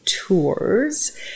tours